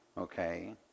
Okay